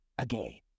Again